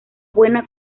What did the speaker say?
buena